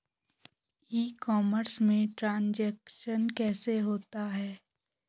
ई commerce में transaction कैसे होता है?